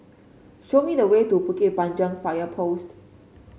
show me the way to Bukit Panjang Fire Post